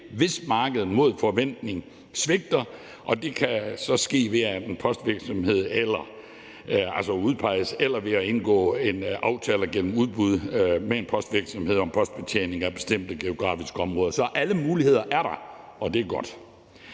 hvis markedet mod forventning svigter. Det kan så ske, ved at en postvirksomhed udpeges, eller ved gennem udbud at indgå en aftale med en postvirksomhed om postbetjening af bestemte geografiske områder. Så alle muligheder er der, og det er godt.